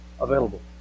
available